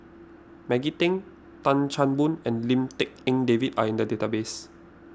Maggie Teng Tan Chan Boon and Lim Tik En David are in the database